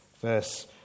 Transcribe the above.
Verse